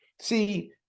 See